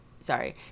Sorry